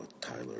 Tyler